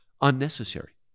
unnecessary